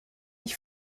ich